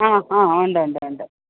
ആ ആ ഉണ്ട് ഉണ്ട് ഉണ്ട്